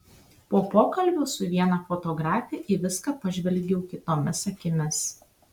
po pokalbio su viena fotografe į viską pažvelgiau kitomis akimis